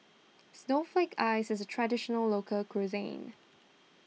Snowflake Ice is a Traditional Local Cuisine